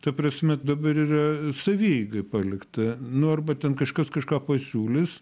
ta prasme dabar yra savieigai palikta nu arba ten kažkas kažką pasiūlys